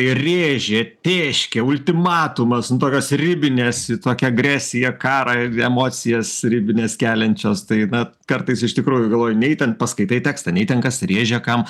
ir rėžė tėškė ultimatumas nu tokios ribinės į tokią agresiją karą ir emocijas ribines keliančios tai na kartais iš tikrųjų galvoji nei ten paskaitai tekstą nei ten kas rėžė kam